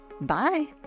Bye